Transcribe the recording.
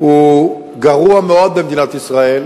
הוא גרוע מאוד במדינת ישראל,